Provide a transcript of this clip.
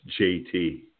JT